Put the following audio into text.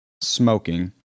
smoking